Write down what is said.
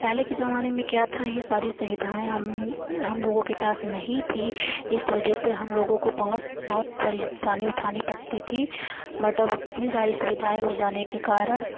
पहले के ज़माने में क्या था ये सारी सुविधाएं हम हम लोगों के पास नहीं थी इस वजह से हम लोगों को बहुत बहुत परेशानी उठानी पड़ती थी बट अब इतनी सारी सुविधाएं हो जाने के कारण